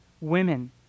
women